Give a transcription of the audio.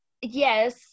yes